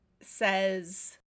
says